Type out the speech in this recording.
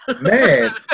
Man